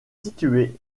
située